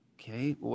okay